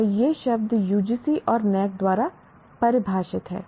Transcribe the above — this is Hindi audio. और ये शब्द UGC और NAAC द्वारा परिभाषित हैं